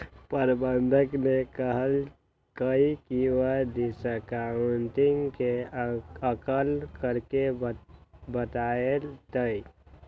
प्रबंधक ने कहल कई की वह डिस्काउंटिंग के आंकलन करके बतय तय